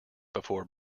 before